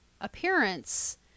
appearance